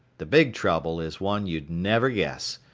the big trouble is one you'd never guess,